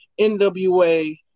NWA